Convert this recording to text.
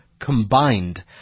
combined